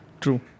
True